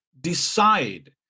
decide